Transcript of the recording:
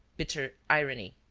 bitter irony.